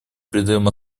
придаем